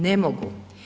Ne mogu.